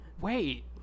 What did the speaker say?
Wait